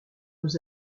nous